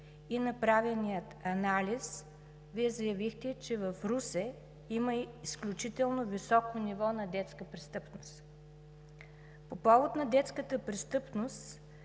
и направения анализ заявихте, че в Русе има изключително високо ниво на детска престъпност. По повод на детската престъпност